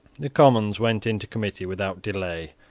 the commons went into committee without delay,